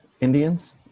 Indians